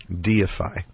Deify